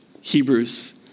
Hebrews